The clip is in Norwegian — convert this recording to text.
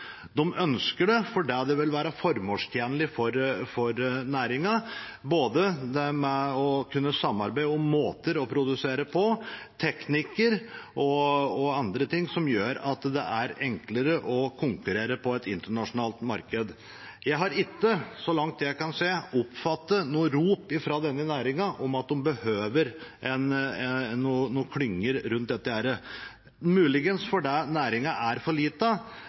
De ønsker det fordi det vil være formålstjenlig for næringen å kunne samarbeide om måter å produsere på, teknikker og andre ting som gjør at det er enklere å konkurrere på et internasjonalt marked. Jeg har ikke, så langt jeg kan se, oppfattet noe rop fra denne næringen om at de behøver noen klynger for dette – muligens fordi næringen er for liten, og muligens fordi de ikke ser behovet for